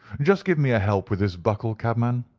just give me a help with this buckle, cabman,